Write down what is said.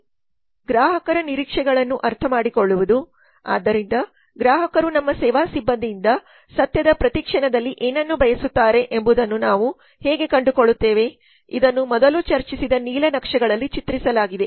ಗ್ರಾಹಕರ ನಿರೀಕ್ಷೆಗಳನ್ನು ಅರ್ಥಮಾಡಿಕೊಳ್ಳುವುದು ಆದ್ದರಿಂದ ಗ್ರಾಹಕರು ನಮ್ಮ ಸೇವಾ ಸಿಬ್ಬಂದಿಯಿಂದ ಸತ್ಯದ ಪ್ರತಿ ಕ್ಷಣದಲ್ಲಿ ಏನನ್ನು ಬಯಸುತ್ತಾರೆ ಎಂಬುದನ್ನು ನಾವು ಹೇಗೆ ಕಂಡುಕೊಳ್ಳುತ್ತೇವೆ ಇದನ್ನು ಮೊದಲು ಚರ್ಚಿಸಿದ ನೀಲನಕ್ಷೆಗಳಲ್ಲಿ ಚಿತ್ರಿಸಲಾಗಿದೆ